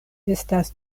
estas